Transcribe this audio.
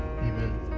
amen